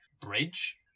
bridge